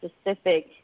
specific